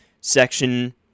section